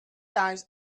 times